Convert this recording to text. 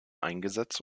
eingesetzt